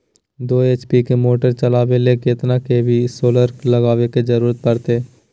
दो एच.पी के मोटर चलावे ले कितना के.वी के सोलर लगावे के जरूरत पड़ते?